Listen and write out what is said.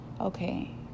okay